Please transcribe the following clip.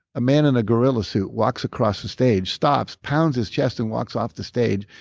a man in a gorilla suit walks across the stage, stops pounds his chest and walks off the stage.